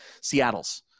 Seattle's